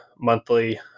monthly